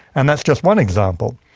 and that's just one example.